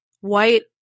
white